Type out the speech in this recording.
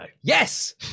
Yes